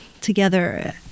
together